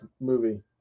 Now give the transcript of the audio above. movie